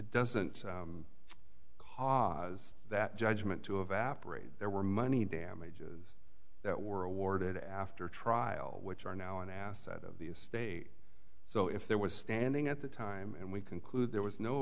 doesn't as that judgment to evaporate there were money damages that world war did after trial which are now an asset of the state so if there was standing at the time and we conclude there was no